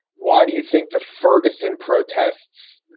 why do you think the ferguson protests.